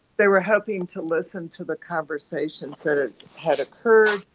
they were hoping to listen to the conversations that ah had occurred,